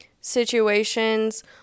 situations